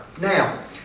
Now